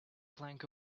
plank